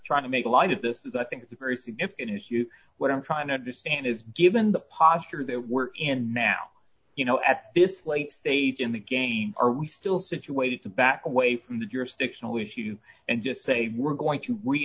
trying to make light of this is i think it's a very significant as you what i'm trying to understand is given the posture that we're in now you know at this late stage in the game are we still situated to back away from the jurisdictional issue and just say we're going to